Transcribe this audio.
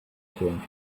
came